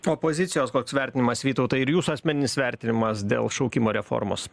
opozicijos koks vertinimas vytautai ir jūsų asmeninis vertinimas dėl šaukimo reformos